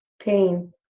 pain